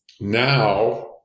now